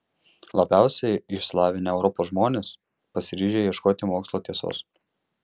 labiausiai išsilavinę europos žmonės pasiryžę ieškoti mokslo tiesos